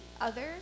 others